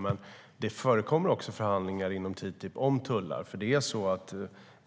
men det förekommer också förhandlingar om tullar inom TTIP.